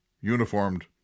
uniformed